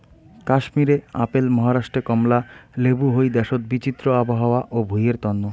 কাশ্মীরে আপেল, মহারাষ্ট্রে কমলা লেবু হই দ্যাশোত বিচিত্র আবহাওয়া ও ভুঁইয়ের তন্ন